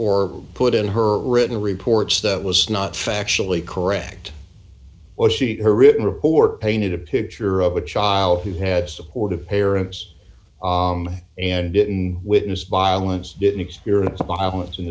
or put in her written reports that was not factually correct what she her written report painted a picture of a child who had supportive parents and didn't witness violence didn't experience of violence